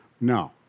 No